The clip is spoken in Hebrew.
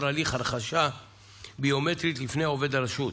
הליך הרכשה ביומטרית לפני עובד הרשות,